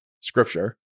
scripture